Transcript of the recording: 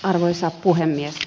arvoisa puhemies